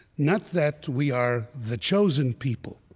not that we are the chosen people,